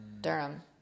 Durham